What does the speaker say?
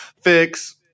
fix